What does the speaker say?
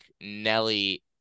Nelly